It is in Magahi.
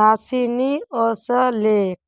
राशि नि ओसलेक